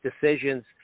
decisions